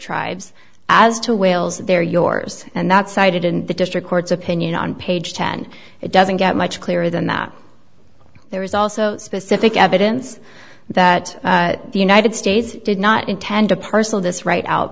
tribes as to whales they're yours and not cited in the district court's opinion on page ten it doesn't get much clearer than that there is also specific evidence that the united states did not intend to parcel this right out